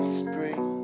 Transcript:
spring